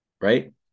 Right